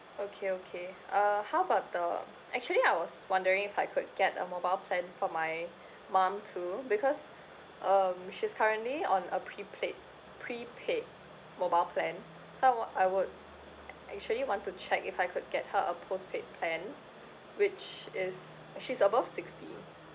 okay okay uh how about the actually I was wondering if I could get a mobile plan for my mum too because um she's currently on a prepaid prepaid mobile plan so I want I would actually want to check if I could get her a postpaid plan which is she's above sixty